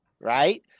right